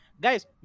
guys